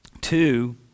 Two